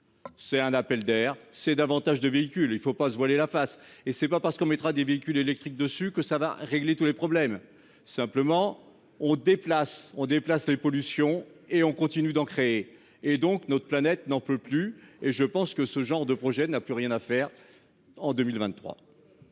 C'est un appel d'air, c'est davantage de véhicules, il ne faut pas se voiler la face, et c'est pas parce qu'on mettra des véhicules électriques dessus que ça va régler tous les problèmes. Simplement on déplace on déplace les pollutions et on continue d'en créer. Et donc notre planète n'en peut plus et je pense que ce genre de projet n'a plus rien à faire en 2023.